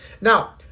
Now